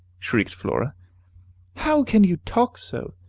shrieked flora how can you talk so!